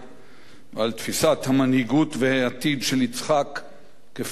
תפיסת המנהיגות והעתיד של יצחק כפי שהכרתיו.